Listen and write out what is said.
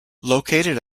located